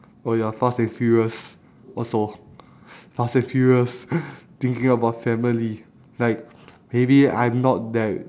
oh ya fast and furious also fast and furious thinking about family like maybe I'm not that